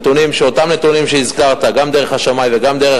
אותם נתונים שהזכרת גם דרך השמאי וגם דרך